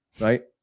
Right